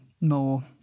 more